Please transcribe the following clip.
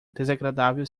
desagradável